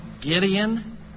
Gideon